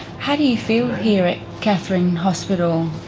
how do you feel here at katherine hospital?